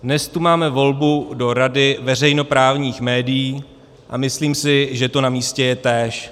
Dnes tu máme volbu do rady veřejnoprávních médií a myslím si, že to namístě je též.